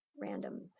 random